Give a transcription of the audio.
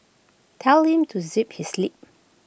tell him to zip his lip